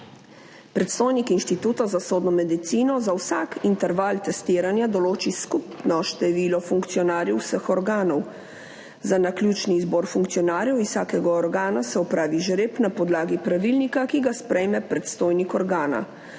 Predstojnik Inštituta za sodno medicino za vsak interval testiranja določi skupno število funkcionarjev vseh organov. Za naključni izbor funkcionarjev iz vsakega organa se opravi žreb na podlagi pravilnika, ki ga sprejme predstojnik organa.